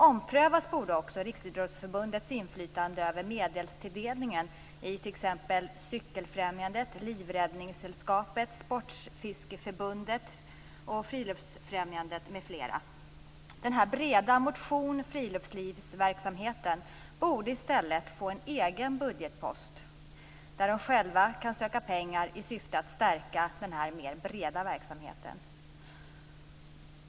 Omprövas borde också Riksidrottsförbundets inflytande över medelstilldelningen för t.ex. Cykelfrämjandet, Livräddningssällskapet, Sportfiskeförbundet och Friluftsfrämjandet. Den här breda motions och friluftslivsverksamheten borde i stället få en egen budgetpost där man själv kan söka pengar i syfte att stärka den bredare verksamheten.